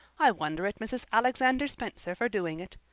i wonder at mrs. alexander spencer for doing it.